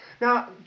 Now